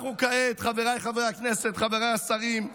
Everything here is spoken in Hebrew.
אנחנו כעת, חבריי חברי הכנסת, חבריי השרים,